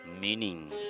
meaning